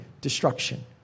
Destruction